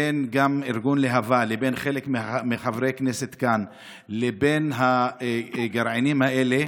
בין ארגון להב"ה לבין חלק מחברי הכנסת כאן לבין הגרעינים האלה,